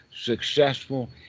successful